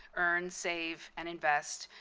earn, save and invest,